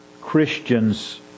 Christians